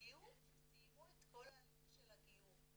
שהגיעו וסיימו את כל ההליך של הגיור.